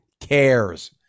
cares